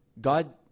God